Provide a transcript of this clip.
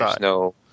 no